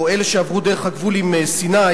או אלה שעברו דרך הגבול עם סיני,